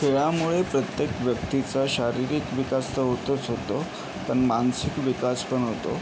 खेळामुळे प्रत्येक व्यक्तीचा शारीरिक विकास तर होतोच होतो पण मानसिक विकास पण होतो